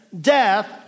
death